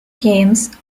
games